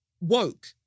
woke